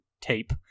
tape